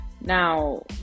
Now